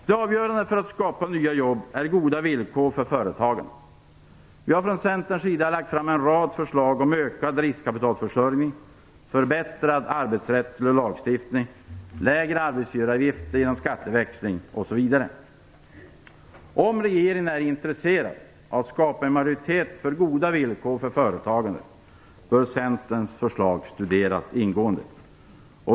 Det avgörande för att skapa nya jobb är goda villkor för företagen. Vi i Centern har lagt fram en rad förslag om ökad riskkapitalförsörjning, förbättrad arbetsrättslig lagstiftning, lägre arbetsgivaravgifter genom skatteväxling osv. Om regeringen är intresserad av att skapa en majoritet för goda villkor för företagande bör Centerns förslag studeras ingående.